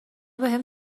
بهم